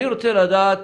אני רוצה לדעת